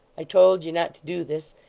i told you not to do this.